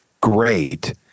great